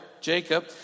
Jacob